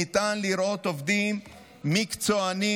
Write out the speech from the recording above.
ניתן לראות עובדים מקצוענים,